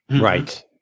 Right